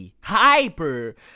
hyper